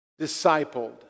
discipled